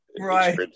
right